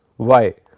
why?